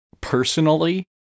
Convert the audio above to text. personally